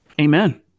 Amen